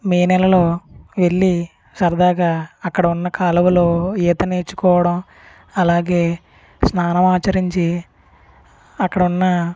మే నెలలో వెళ్లి సరదాగా అక్కడ ఉన్న కాలవలో ఈత నేర్చుకోవడం అలాగే స్నానం ఆచరించి అక్కడున్న